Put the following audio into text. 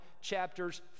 chapters